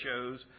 shows